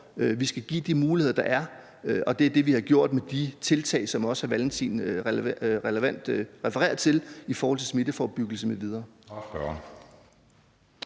Vi skal give de muligheder, der er, og det er det, vi har gjort med de tiltag, som hr. Carl Valentin også relevant refererer til, i forhold til smitteforebyggelse m.v.